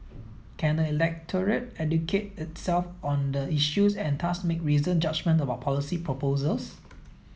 can the electorate educate itself on the issues and thus make reasoned judgements about policy proposals